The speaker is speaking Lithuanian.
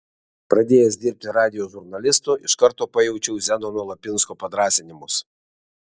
pradėjęs dirbti radijo žurnalistu iš karto pajaučiau zenono lapinsko padrąsinimus